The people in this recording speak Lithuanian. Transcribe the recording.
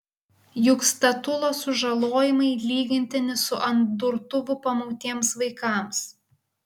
juk statulos sužalojimai lygintini su ant durtuvų pamautiems vaikams